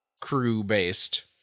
crew-based